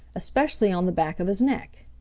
especially on the back of his neck.